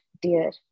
dear